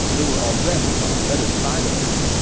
they were already on the other side of him